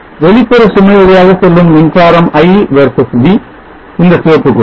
வெளிப்புற சுமை வழியாக செல்லும் மின்சாரம் i versus v இந்த சிவப்புக் கோடு